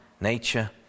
nature